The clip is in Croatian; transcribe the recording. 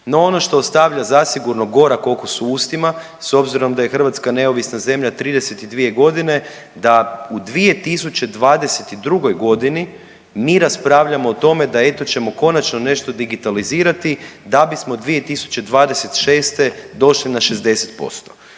No ono što ostavlja zasigurno gorak okus u ustima, s obzirom da je Hrvatska neovisna zemlja 32 godine da u 2022. g. mi raspravljamo o tome da eto, ćemo konačno nešto digitalizirati da bismo 2026. došli na 60%